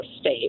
state